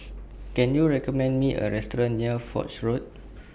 Can YOU recommend Me A Restaurant near Foch Road